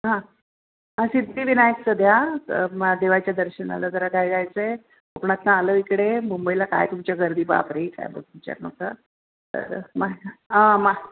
हां सिद्धिविनायकचं द्या मला देवाच्या दर्शनाला जरा जा जायचं आहे कोकणातनं आलो आहे इकडे मुंबईला काय तुमच्या गर्दी बापरे काय बाब विचारू नका तर माह माह